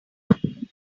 listen